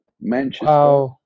manchester